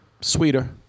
sweeter